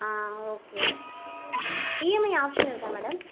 ஆ okay EMI option இருக்கா madam